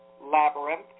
labyrinth